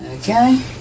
Okay